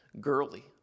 girly